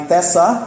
Tessa